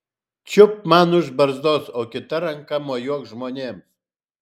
čiupk man už barzdos o kita ranka mojuok žmonėms